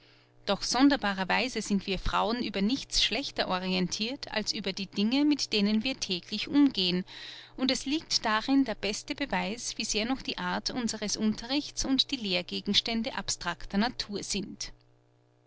doch sonderbarer weise sind wir frauen über nichts schlechter orientirt als über die dinge mit denen wir täglich umgehen und es liegt darin der beste beweis wie sehr noch die art unseres unterrichts und die lehrgegenstände abstracter natur sind